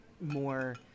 more